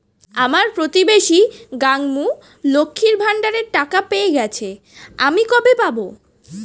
আমার প্রতিবেশী গাঙ্মু, লক্ষ্মীর ভান্ডারের টাকা পেয়ে গেছে, আমি কবে পাব?